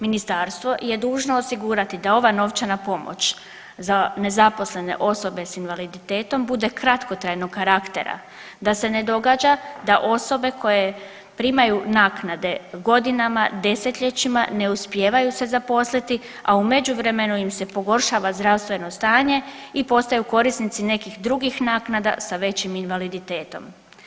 Ministarstvo je dužno osigurati da ova novčana pomoć za nezaposlene osobe s invaliditetom bude kratkotrajnog karaktera, da se ne događa da osobe koje primaju naknade godinama, 10-ljećima, ne uspijevaju se zaposliti, a u međuvremenu im se pogoršava zdravstveno stanje i postaju korisnici nekih drugih naknada sa većim invaliditetom.